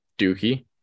Dookie